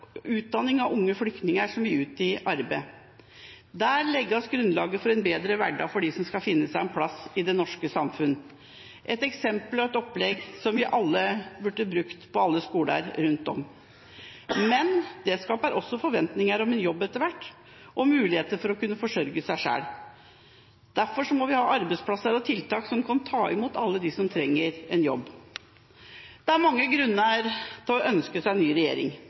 utdanning av unge flyktninger som vil ut i arbeid. Der legges grunnlaget for en bedre hverdag for dem som skal finne seg en plass i det norske samfunnet – et eksempel og et opplegg som vi burde brukt på alle skoler rundt om. Men det skaper også forventninger om jobb etter hvert og muligheten til å kunne forsørge seg selv. Derfor må vi ha arbeidsplasser og tiltak som kan ta imot alle dem som trenger en jobb. Det er mange grunner til å ønske seg en ny regjering.